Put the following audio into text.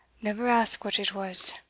never ask what it was,